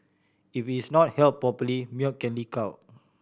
if it's not held properly milk can leak out